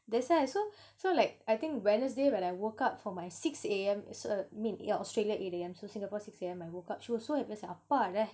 that's why I so so like I think wednesday when I woke up for my six A_M is err mean yeah australia eight A_M so singapore six A_M I woke up she also அப்பாடா:appaadaa